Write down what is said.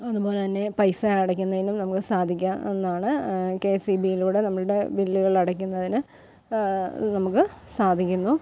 അതുപോലെ തന്നെ പൈസ അടയ്ക്കുന്നതിനും നമുക്ക് സാധിക്കാവുന്നാണ് കെ എസ് ഇ ബിയിലൂടെ നമ്മുടെ ബില്ലുകൾ അടയ്ക്കുന്നതിന് നമുക്ക് സാധിക്കുന്നു